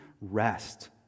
rest